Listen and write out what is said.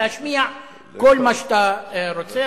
להשמיע כל מה שאתה רוצה.